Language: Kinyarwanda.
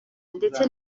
ndetse